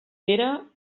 pere